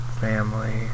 family